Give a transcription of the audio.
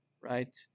right